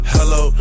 Hello